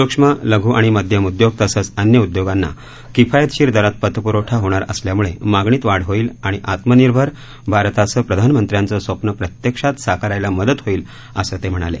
सूक्ष्म लघ् आणि मध्यम उदयोग तसंच अन्य उद्योगांना किफायतशीर दरात पतप्रवठा उपलब्ध होणार असल्यामुळे मागणीत वाढ होईल आणि आत्मनिर्भर भारताचं प्रधानमंत्र्यांचं स्वप्न प्रत्यक्षात साकारायला मदत होईल असं ते म्हणाले